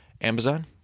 Amazon